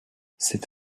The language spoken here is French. c’est